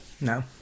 No